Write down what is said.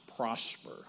prosper